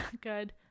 good